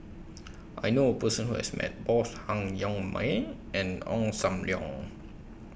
I knew A Person Who has Met Both Han Yong May and Ong SAM Leong